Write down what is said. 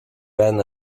ran